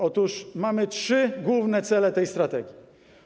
Otóż mamy trzy główne cele tej strategii.